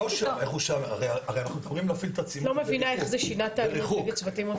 את לא מבינה איך זה שינה את האלימות נגד צוותים רפואיים.